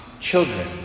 children